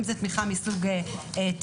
אם זה תמיכה מסוג טיפול.